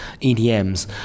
EDM's